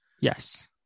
Yes